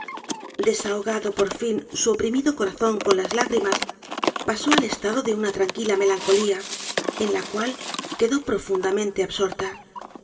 desahogado por fin su oprimido corazón con las lágrimas pasó al estado de una tranquila melancolía en la cual quedó profundamente absorta